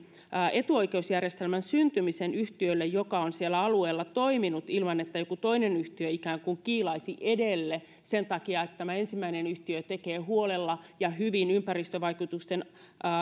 etuoikeusjärjestelmän syntymisen yhtiölle joka on siellä alueella toiminut ilman että joku toinen yhtiö ikään kuin kiilaisi edelle sen takia että tämä ensimmäinen yhtiö tekee huolella ja hyvin ympäristövaikutusten